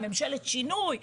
ממשלת שינוי,